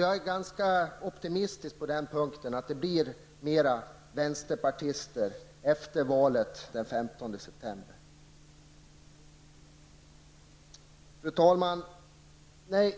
Jag är ganska optimistisk på den punkten, för jag tror att det blir fler vänsterpartister i riksdagen efter valet den 15 september. Fru talman! Jag vill